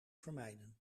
vermijden